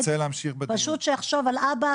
שפשוט יחשוב על אבא,